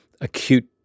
acute